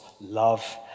love